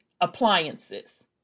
appliances